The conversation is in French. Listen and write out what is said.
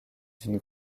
d’une